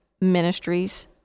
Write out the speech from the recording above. Ministries